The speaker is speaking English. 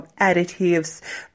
additives